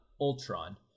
Ultron